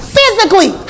Physically